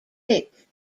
thick